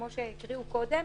כמו שהקריאו קודם,